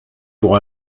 pour